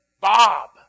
Bob